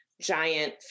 giant